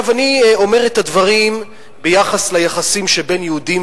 אני אומר את הדברים ביחס ליחסים שבין יהודים